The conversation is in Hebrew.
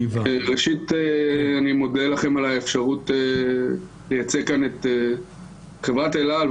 ראשית אני מודה לכם על האפשרות לייצג כאן את חברת אל על,